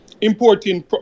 importing